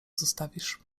zostawisz